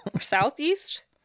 Southeast